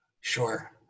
Sure